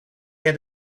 had